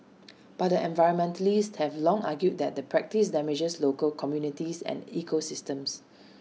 but environmentalists have long argued that the practice damages local communities and ecosystems